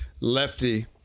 Lefty